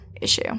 issue